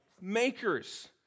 makers